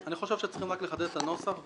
אני חושב שצריכים רק לחדד את הנוסח,